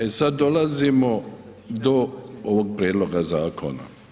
E sad dolazimo do ovog prijedloga zakona.